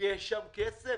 יש שם כסף,